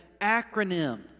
acronym